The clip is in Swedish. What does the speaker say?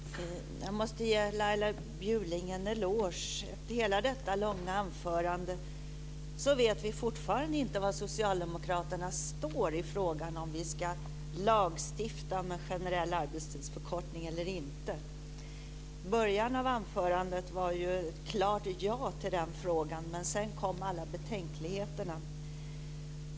Fru talman! Jag måste ge Laila Bjurling en eloge. Trots hennes långa anförande här vet vi ännu inte var Socialdemokraterna står i frågan om vi ska lagstifta om en generell arbetstidsförkortning eller inte. Början av anförandet var ett klart ja där men sedan kom alla betänkligheterna.